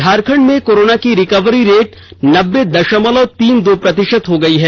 झारखंड में कोरोना की recovery rate नब्बे दशमलव तीन दो प्रतिशत हो गया है